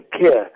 care